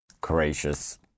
courageous